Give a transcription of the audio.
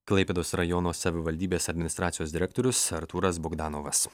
klaipėdos rajono savivaldybės administracijos direktorius artūras bogdanovas